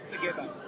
together